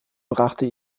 brachte